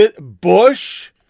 Bush